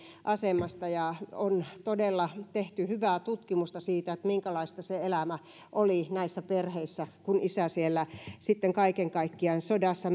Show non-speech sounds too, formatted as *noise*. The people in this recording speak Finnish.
asemasta on todella tehty hyvää tutkimusta siitä minkälaista se elämä oli näissä perheissä kun isä siellä sitten kaiken kaikkiaan sodassa *unintelligible*